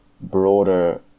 broader